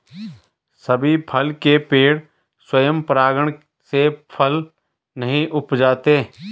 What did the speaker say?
सभी फल के पेड़ स्वयं परागण से फल नहीं उपजाते